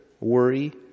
worry